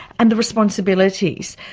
and the responsibilities.